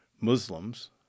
Muslims